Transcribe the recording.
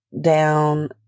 down